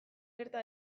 gerta